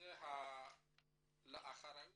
וזה אחריות